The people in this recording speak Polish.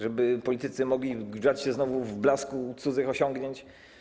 Żeby politycy mogli grzać się znowu w blasku cudzych osiągnięć?